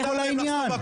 פה.